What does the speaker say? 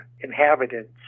inhabitants